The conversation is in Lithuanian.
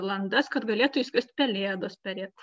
landas kad galėtų įskristi pelėdos perėt